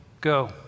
go